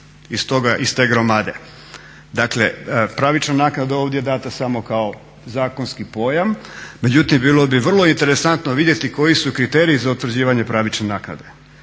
iz te gromade? Dakle, pravična naknada je ovdje dana samo kao zakonski pojam. Međutim, bilo bi vrlo interesantno vidjeti koji su kriteriji za utvrđivanje pravične naknade.